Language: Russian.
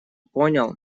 понял